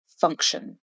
function